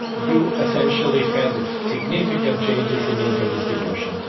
you essentially had significant changes in income distribution.